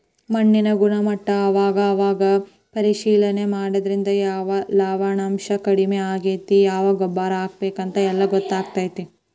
ಮಣ್ಣಿನ ಗುಣಮಟ್ಟಾನ ಅವಾಗ ಅವಾಗ ಪರೇಶಿಲನೆ ಮಾಡುದ್ರಿಂದ ಯಾವ ಲವಣಾಂಶಾ ಕಡಮಿ ಆಗೆತಿ ಯಾವ ಗೊಬ್ಬರಾ ಹಾಕಬೇಕ ಎಲ್ಲಾ ಗೊತ್ತಕ್ಕತಿ